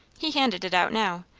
he handed it out now,